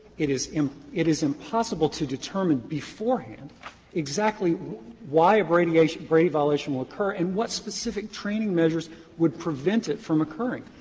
it is um it is impossible to determine beforehand exactly why a brady a brady violation will occur, and what specific training measures would prevent it from occurring.